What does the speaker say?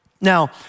Now